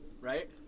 Right